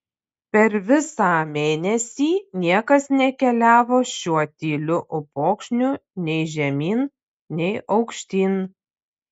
per visą mėnesį niekas nekeliavo šiuo tyliu upokšniu nei žemyn nei aukštyn